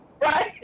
Right